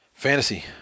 Fantasy